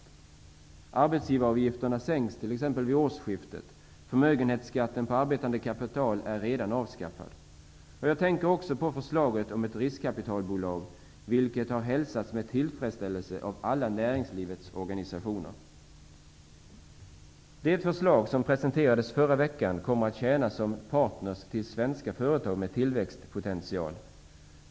Som exempel kan nämnas att arbetsgivaravgifterna sänks vid årsskiftet och att förmögenhetsskatten på arbetande kapital redan är avskaffad. Jag tänker också på förslaget om ett riskkapitalbolag, vilket har hälsats med tillfredsställelse av alla näringslivets organisationer. Förslaget presenterades förra veckan. Bolagen kommer att tjäna som partner till svenska företag med tillväxtpotential.